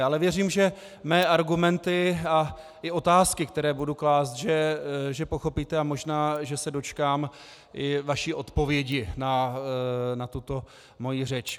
Ale věřím, že mé argumenty a i otázky, které budu klást, pochopíte, a možná že se dočkám i vaší odpovědi na tuto moji řeč.